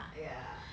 ya